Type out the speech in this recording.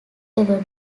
ever